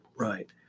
Right